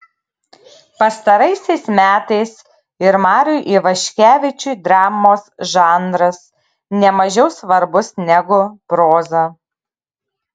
pastaraisiais metais ir mariui ivaškevičiui dramos žanras ne mažiau svarbus negu proza